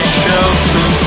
shelter